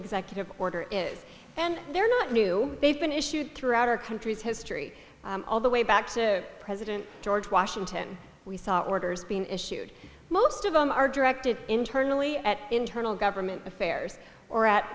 executive order is and they're not new they've been issued throughout our country's history all the way back to president george washington we saw orders being issued most of them are directed internally at internal government affairs or at